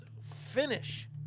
finish